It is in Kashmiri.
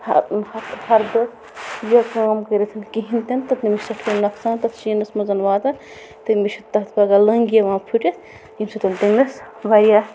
ہَردٕ یہِ کٲم کٔرِتھ کِہیٖنۍ تہِ نہٕ تٔمِس چھِ نۄقصان تَتھ شیٖنس منٛز واتان تٔمِس چھُ تَتھ پَگہہ لنٛگ یِوان پھٕٹِتھ ییٚمہِ سۭتۍ تٔمِس واریاہ